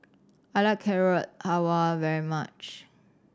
I like Carrot Halwa very much